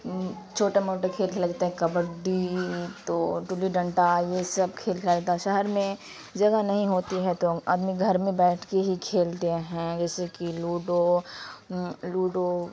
چھوٹے موٹے کھیل کھیلا جاتا ہے کبڈی تو ڈلی ڈنٹا یہ سب کھیل کھیلا جاتا ہے شہر میں جگہ نہیں ہوتی ہے تو آدمی گھر میں بیٹھ کے ہی کھیلتے ہیں جیسے کہ لوڈو لوڈو